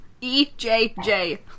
E-J-J